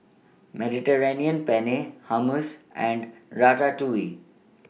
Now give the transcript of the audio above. Mediterranean Penne Hummus and Ratatouille